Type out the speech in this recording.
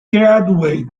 graduate